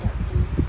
a dark place